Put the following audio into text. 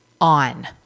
on